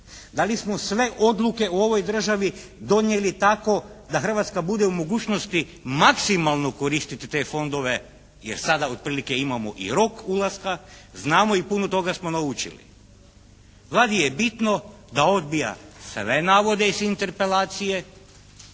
Da li smo sve odluke u ovoj državi donijeli tako da Hrvatska bude u mogućnosti maksimalno koristiti te fondove, jer sada otprilike imamo i rok ulaska, znamo i puno toga smo i naučili. Vladi je bitno da odbija sve navode iz interpelacije,